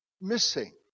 missing